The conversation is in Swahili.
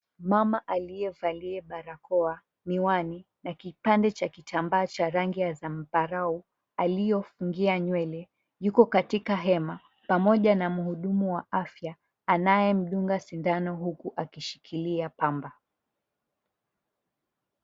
Mama aliyevalia barakoa, miwani na kipande cha kitambaa cha rangi ya zambarau aliyofungia nywele, yuko katika hema pamoja na muhudumu wa afya, anayemdunga sindano huku akishikilia pamba.